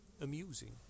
amusing